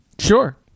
Sure